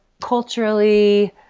culturally